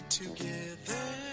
together